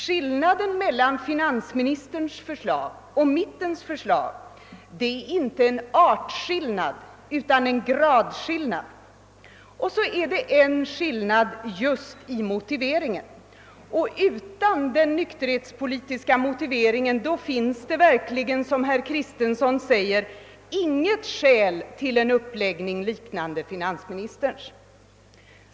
Skillnaden mellan finansministerns förslag och mittens förslag är inte en artskill-- nad, utan en gradskillnad. Dessutom finns det en skillnad just i motiveringen; utan den nykterhetspolitiska motiveringen föreligger det verkligen, son herr Kristenson säger, inget skäl till ex uppläggning sådan som finansministerns.